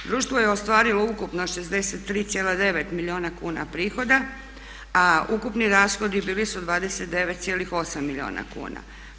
Društvo je ostvarilo ukupno 63,9 milijuna kuna prihoda a ukupni rashodi bili su 29,8 milijuna kuna.